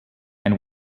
and